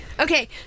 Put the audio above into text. Okay